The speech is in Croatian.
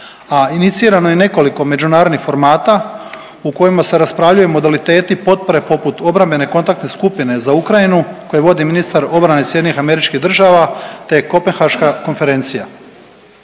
a inicirano je nekoliko međunarodnih formata u kojima se raspravljaju modaliteti potpore poput obrambene kontaktne skupine za Ukrajinu koje vodi ministar obrane SAD-a te Kopenhaška konferencija.